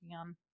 on